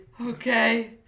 Okay